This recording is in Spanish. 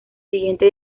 siguiente